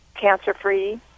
cancer-free